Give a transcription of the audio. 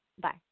Bye